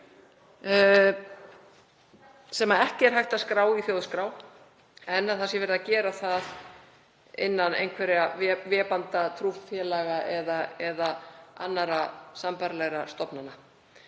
sem ekki er hægt að skrá í þjóðskrá en verið sé að gera það innan vébanda trúfélaga eða annarra sambærilegra stofnana.